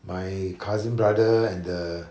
my cousin brother and the